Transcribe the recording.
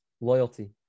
Loyalty